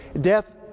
Death